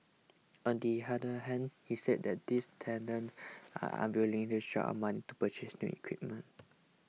on the other hand he said that these tenants are unwilling to shell out money to purchase new equipment